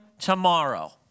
tomorrow